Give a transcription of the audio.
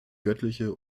göttliche